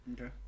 Okay